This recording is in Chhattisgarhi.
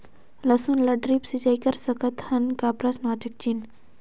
लसुन ल ड्रिप सिंचाई कर सकत हन का?